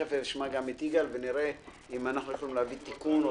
תיכף נשמע גם את יגאל פרסלר ונראה אם אנחנו יכולים להביא תיקון.